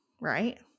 right